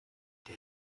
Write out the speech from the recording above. der